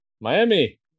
Miami